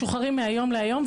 משוחררים מהיום להיום,